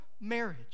marriage